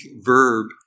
verb